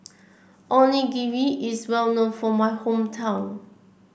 onigiri is well known for my hometown